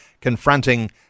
confronting